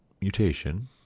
mutation